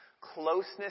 Closeness